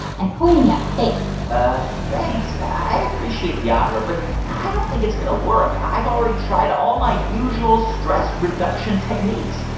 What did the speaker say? i'm pointing at my face ah thanks. i appreciate the offer, but i don't think it's going to work. i've already tried all my usual stress-reduction techniques.